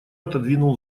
отодвинул